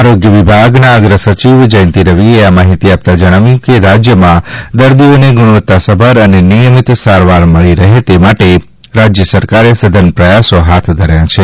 આરોગ્ય વિભાગના અગ્રસચિવ જયંતી રવિએ આ માહિતી આપતા જણાવ્યું કે રાજ્યમાં દર્દીઓને ગુણવત્તાસભર અને નિયમિત સારવાર મળી રહે તે માટે રાજ્ય સરકારે સઘન પ્રયાસો હાથ ધર્યા છે